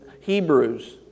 Hebrews